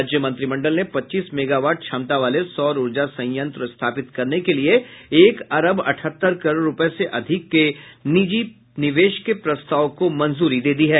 राज्य मंत्रिमंडल ने पच्चीस मेगावाट क्षमता वाले सौर ऊर्जा संयंत्र स्थापित करने के लिए एक अरब अठहत्तर करोड़ रुपये से अधिक के निजी निवेश के प्रस्ताव को मंजूरी दे दी है